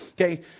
okay